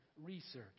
research